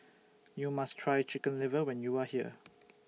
YOU must Try Chicken Liver when YOU Are here